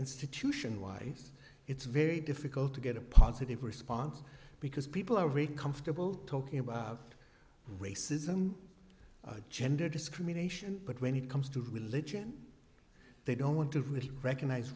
institution wise it's very difficult to get a positive response because people are very comfortable talking about racism or gender discrimination but when it comes to religion they don't want to really recognize